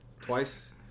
twice